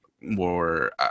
more